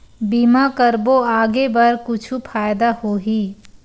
बीमा करबो आगे बर कुछु फ़ायदा होही?